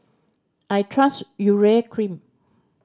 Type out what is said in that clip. I trust Urea Cream